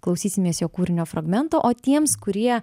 klausysimės jo kūrinio fragmento o tiems kurie